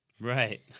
Right